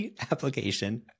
application